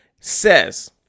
Says